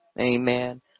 Amen